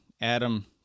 Adam